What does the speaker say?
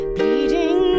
Bleeding